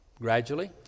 gradually